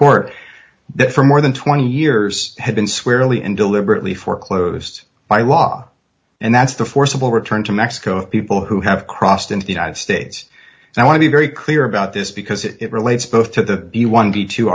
that for more than twenty years have been squarely and deliberately foreclosed by law and that's the forcible return to mexico people who have crossed into the united states and i want to be very clear about this because it relates both to the one t